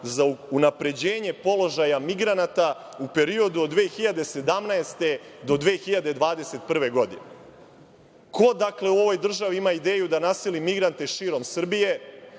za unapređenje položaja migranata u periodu od 2017. do 2021. godine? Ko u ovoj državi ima ideju da naseli migrante širom Srbije?